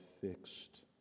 fixed